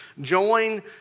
join